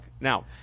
Now